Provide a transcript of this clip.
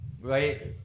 right